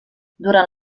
durant